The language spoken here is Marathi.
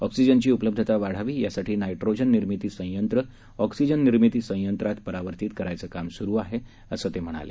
ऑक्सिजनची उपलब्धता वाढावी यासाठी नायट्रोजन निर्मिती संयंत्र ऑक्सिजन निर्मिती संयंत्रात परावर्तीत करायचं काम स्रु आहे असं ते म्हणाले